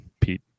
Pete